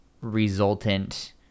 resultant